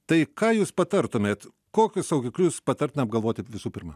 tai ką jūs patartumėt kokius saugiklius patartina apgalvoti visų pirma